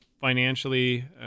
financially